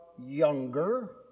younger